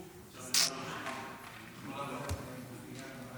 התרבות והספורט נתקבלה.